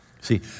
See